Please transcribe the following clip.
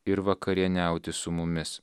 ir vakarieniauti su mumis